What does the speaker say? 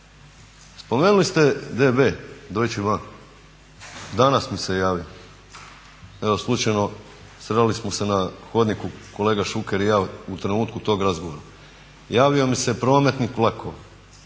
Spomenuli ste DB Deutche bank, danas mi se javio, evo slučajno sreli smo se na hodniku kolega Šuker i ja u trenutku tog razgovora. Javio mi se prometnik vlakova